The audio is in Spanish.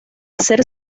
hacer